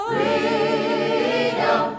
Freedom